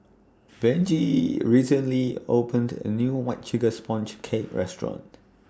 Benji recently opened A New White Sugar Sponge Cake Restaurant